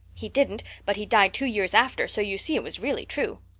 he didn't, but he died two years after, so you see it was really true.